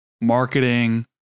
marketing